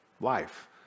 Life